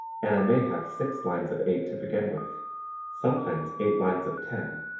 and i may have six lines of eight to begin with sometimes eight lines of ten,